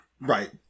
Right